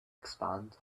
expand